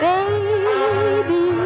Baby